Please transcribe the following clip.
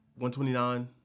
129